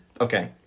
Okay